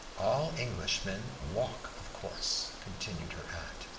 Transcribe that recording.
all englishmen walk, of course, continued her aunt.